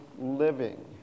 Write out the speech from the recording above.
living